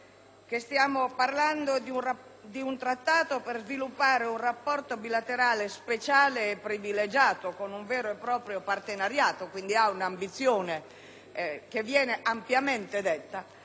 stiamo parlando di un accordo per sviluppare un rapporto bilaterale speciale e privilegiato attraverso un vero e proprio partenariato, quindi ha un'ambizione che viene ampiamente